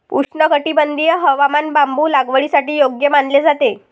उष्णकटिबंधीय हवामान बांबू लागवडीसाठी योग्य मानले जाते